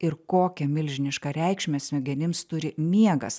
ir kokią milžinišką reikšmę smegenims turi miegas